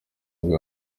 ngo